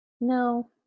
No